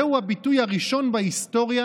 זהו הביטוי הראשון בהיסטוריה